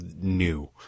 new